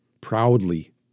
proudly